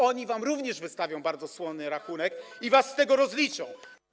Oni również wystawią wam bardzo słony rachunek i was z tego rozliczą.